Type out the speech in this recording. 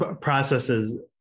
processes